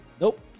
Nope